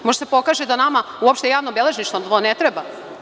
Može da se pokaže da nama uopšte javno beležništvo ne treba.